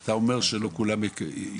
אתה אומר שלא כולם מכירים?